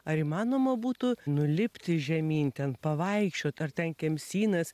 ar įmanoma būtų nulipti žemyn ten pavaikščiot ar ten kemsynas